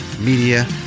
Media